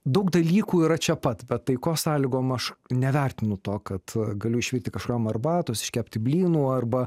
daug dalykų yra čia pat bet taikos sąlygom aš nevertinu to kad galiu išvirti kažkam arbatos iškepti blynų arba